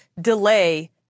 delay